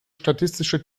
statistische